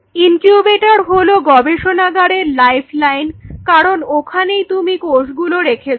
incubator হলো গবেষণাগারের lifeline কারণ ওখানেই তুমি কোষগুলো রেখেছো